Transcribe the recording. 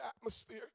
atmosphere